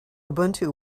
ubuntu